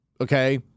Okay